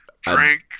drink